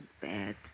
Bad